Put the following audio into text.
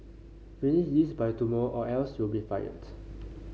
finish this by tomorrow or else you'll be fired